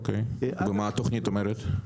ומה התכנית אומרת?